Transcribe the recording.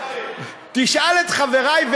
תשאל את חברי.